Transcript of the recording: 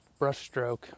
brushstroke